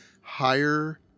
higher